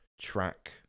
track